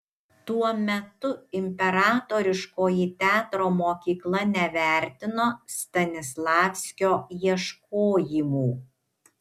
tuo metu imperatoriškoji teatro mokykla nevertino stanislavskio ieškojimų